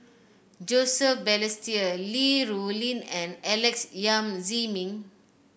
Joseph Balestier Li Rulin and Alex Yam Ziming